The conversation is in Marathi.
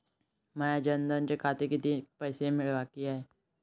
माया जनधन खात्यात कितीक पैसे बाकी हाय?